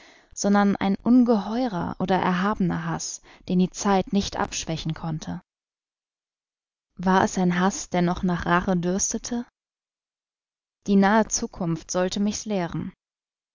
sondern ein ungeheurer oder erhabener haß den die zeit nicht abschwächen konnte war es ein haß der noch nach rache dürstete die nahe zukunft sollte mich's lehren